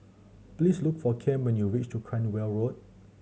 please look for Cam when you reach to Cranwell Road